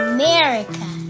America